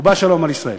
ובא שלום על ישראל.